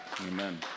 Amen